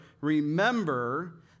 remember